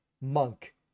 monk